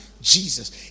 Jesus